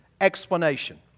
explanation